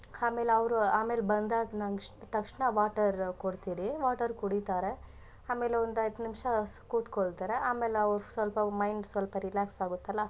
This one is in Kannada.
ಆಮೇಲ್ ಅವರು ಆಮೇಲೆ ಬಂದಾದ ನಂಗೆ ಕ್ಷ್ ತಕ್ಷಣ ವಾಟರ್ ಕೊಡ್ತೀರಿ ವಾಟರ್ ಕುಡಿತಾರೆ ಆಮೇಲೆ ಒಂದು ಹತ್ತು ನಿಮಿಷ ಸ್ ಕೂತ್ಕೊಳ್ತಾರೆ ಆಮೇಲೆ ಅವ್ರು ಸ್ವಲ್ಪ ಮೈಂಡ್ ಸ್ವಲ್ಪ ರಿಲ್ಯಾಕ್ಸ್ ಆಗುತ್ತಲ್ಲ